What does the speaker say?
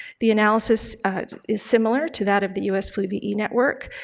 the analysis is similar to that of the us flu ve network,